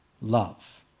love